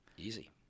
Easy